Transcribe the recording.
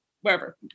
wherever